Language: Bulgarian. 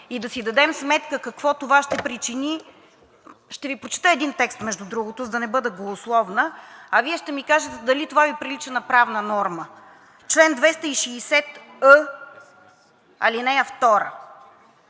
и да си дадем сметка какво това ще причини. Ще Ви прочета един текст, между другото, за да не бъда голословна, а Вие ще ми кажете дали това Ви прилича на правна норма. „Чл. 260ъ, ал. 2.